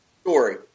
story